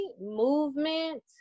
movement